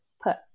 put